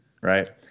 Right